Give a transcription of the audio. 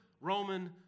Roman